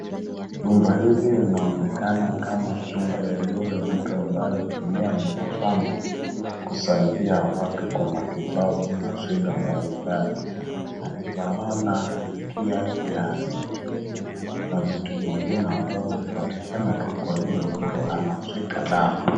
Nyumba hili linaonekana kama ya mtu anayetumia miti shamba kusaidia watu kwa matibabu na shida mbalimbali. Naona mkia na vitu vingine ambavyo hupatikana tu kwa mtu ambaye anashika dawa.